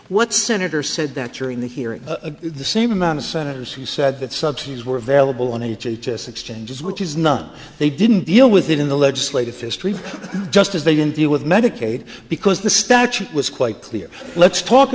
what senator said that during the hearing same amount of senators who said that subsidies were available on h h s exchanges which is not they didn't deal with it in the legislative history just as they didn't deal with medicaid because the statute was quite clear let's talk